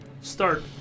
start